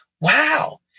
Wow